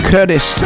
Curtis